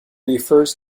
refers